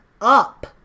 up